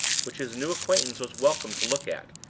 which his new acquaintance was welcome to look at,